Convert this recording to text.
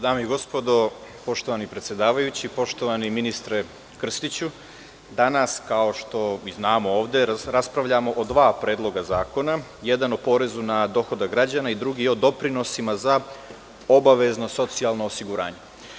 Dame i gospodo, poštovani predsedavajući, poštovani ministre Krstiću, danas, kao što znamo, ovde raspravljamo o dva predloga zakona, jedan o porezu na dohodak građana, a drugi o doprinosima za obavezno socijalno osiguranje.